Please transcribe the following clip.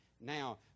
now